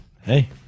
hey